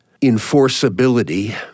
enforceability